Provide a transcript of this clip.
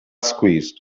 squeezed